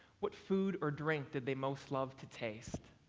what food or drink did they most love to taste?